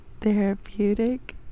Therapeutic